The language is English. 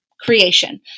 creation